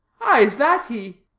ah, is that he?